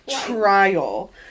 trial